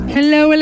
Hello